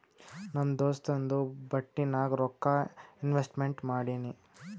ನಮ್ ದೋಸ್ತುಂದು ಬಟ್ಟಿ ನಾಗ್ ರೊಕ್ಕಾ ಇನ್ವೆಸ್ಟ್ಮೆಂಟ್ ಮಾಡಿನಿ